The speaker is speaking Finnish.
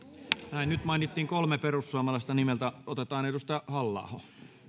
nyt mainittiin kolme perussuomalaista nimeltä otetaan edustaja halla aho